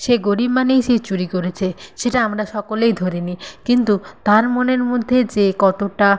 সে গরীব মানেই সে চুরি করেছে সেটা আমরা সকলেই ধরে নিই কিন্তু তার মনের মধ্যে যে কতটা